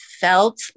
felt